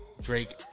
Drake